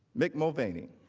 mick mulvaney.